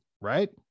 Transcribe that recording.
right